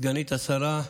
סגנית השרה,